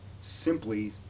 simply